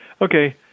Okay